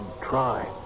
try